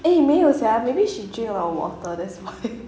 eh 没有 sia maybe she drink a lot of water that's why